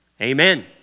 amen